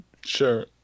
Sure